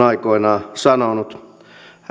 aikoinaan sanonut